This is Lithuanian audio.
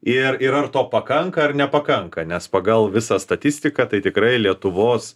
ir ir ar to pakanka ar nepakanka nes pagal visą statistiką tai tikrai lietuvos